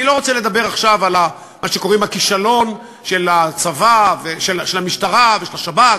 אני לא רוצה לדבר עכשיו על מה שקוראים הכישלון של המשטרה ושל השב"כ,